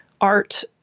art